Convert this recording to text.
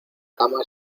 cama